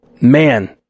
man